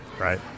Right